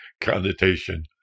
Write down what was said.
connotation